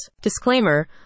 Disclaimer